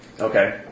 Okay